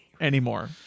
Anymore